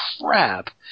crap